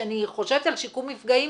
כשאני חושבת על שיקום מפגעים,